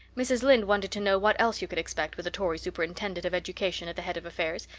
mrs. lynde wanted to know what else you could expect with a tory superintendent of education at the head of affairs,